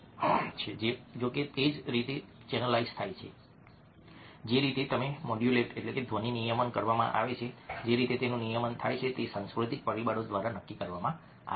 જો કે તે જે રીતે ચેનલાઈઝ થાય છે જે રીતે તેને મોડ્યુલેટઘ્વનિ નિયમનકરવામાં આવે છે જે રીતે તેનું નિયમન થાય છે તે સાંસ્કૃતિક પરિબળો દ્વારા નક્કી કરવામાં આવે છે